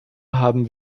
haben